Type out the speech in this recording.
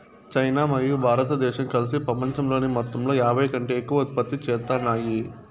China మరియు భారతదేశం కలిసి పపంచంలోని మొత్తంలో యాభైకంటే ఎక్కువ ఉత్పత్తి చేత్తాన్నాయి